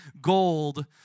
gold